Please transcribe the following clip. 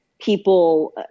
people